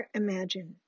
imagine